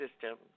system